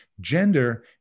Gender